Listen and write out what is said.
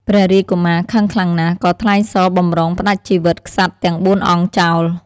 ព្រះរាជកុមារខឹងខ្លាំងណាស់ ក៏ថ្លែងសរបម្រុងផ្តាច់ជីវិតក្សត្រទាំងបួនអង្គចោល។